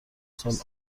سال